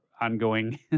ongoing